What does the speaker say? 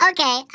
Okay